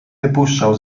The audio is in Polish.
wypuszczał